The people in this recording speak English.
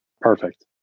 Perfect